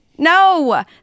No